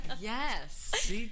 Yes